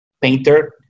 Painter